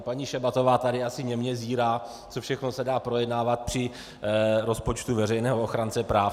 Paní Šabatová tady asi němě zírá, co všechno se dá projednávat při rozpočtu veřejného ochránce práv.